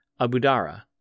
Abudara